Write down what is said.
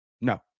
no